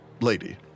Lady